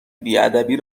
بیادبی